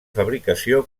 fabricació